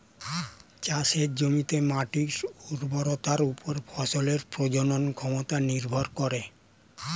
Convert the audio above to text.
চাষের জমিতে মাটির উর্বরতার উপর ফসলের প্রজনন ক্ষমতা নির্ভর করে